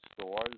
stores